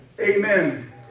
Amen